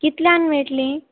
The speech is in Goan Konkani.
कितल्यान मेळटलीं